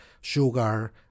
sugar